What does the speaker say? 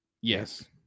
Yes